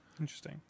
Interesting